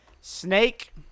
snake